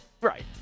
Right